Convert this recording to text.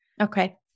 Okay